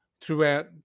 throughout